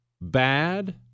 bad